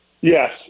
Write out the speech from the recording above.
yes